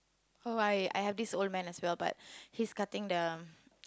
oh I I have this old man as well but he's cutting the